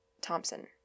Thompson